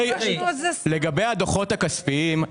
לגבי הדוחות הכספיים,